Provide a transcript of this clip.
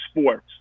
sports